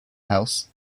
house